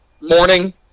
morning